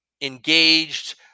engaged